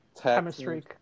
chemistry